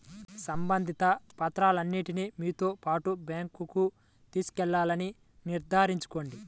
సంబంధిత పత్రాలన్నింటిని మీతో పాటు బ్యాంకుకు తీసుకెళ్లాలని నిర్ధారించుకోండి